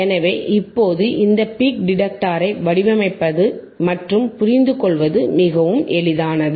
எனவே இப்போதுஇந்த பீக் டிடெக்டரை வடிவமைப்பது மற்றும் புரிந்துகொள்வது மிகவும் எளிதானது